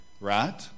Right